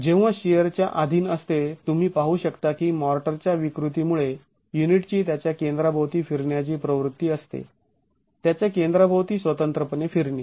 जेव्हा शिअरच्या आधीन असते तुम्ही पाहू शकता की मॉर्टरच्या विकृतिमुळे युनिटची त्याच्या केंद्राभोवती फिरण्याची प्रवृत्ती असते त्याच्या केंद्राभोवती स्वतंत्रपणे फिरणे